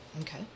Okay